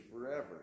forever